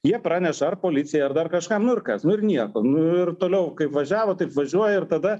jie praneša ar policijai ar dar kažkam nu ir kas nu ir nieko nu ir toliau kaip važiavo taip važiuoja ir tada